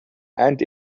and